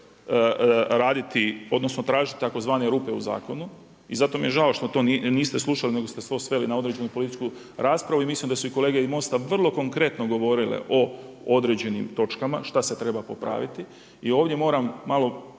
raditi, tražiti tzv. rupe u zakonu. I zato mi je žao što to niste slušali nego ste to sveli na određenu političku raspravu i mislim da su i kolege iz MOST-a vrlo konkretno govorile o određenim točkama, šta se treba popraviti i ovdje moram malo